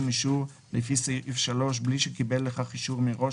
אישור לפי סעיף 3 בלי שקיבל לכך אישור מראש,